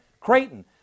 Creighton